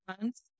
months